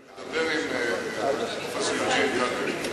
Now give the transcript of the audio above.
אני מציע לך לדבר עם פרופסור יוג'ין קנדל,